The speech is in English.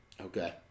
Okay